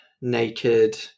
naked